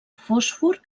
fòsfor